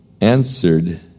answered